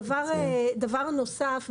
דבר נוסף,